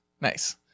nice